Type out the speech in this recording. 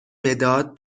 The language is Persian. مداد